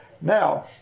Now